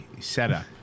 setup